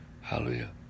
Hallelujah